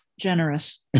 generous